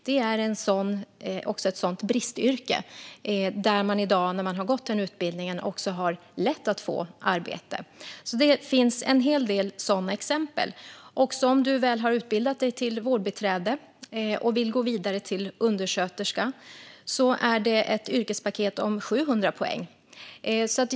Det är ett bristyrke där man efter utbildning har lätt att få arbete. Det finns en hel del sådana exempel. Har man väl utbildat sig till vårdbiträde och vill gå vidare till undersköterska är det ett yrkespaket om 700 poäng.